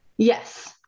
Yes